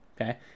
Okay